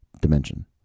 dimension